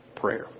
prayer